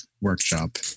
Workshop